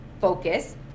focus